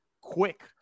quick